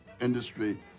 industry